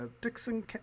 Dixon